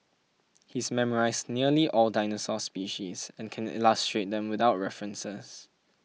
he's memorised nearly all dinosaur species and can illustrate them without references